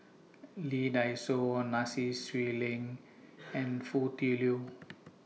Lee Dai Soh Swee Leng and Foo Tui Liew